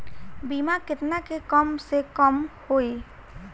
बीमा केतना के कम से कम होई?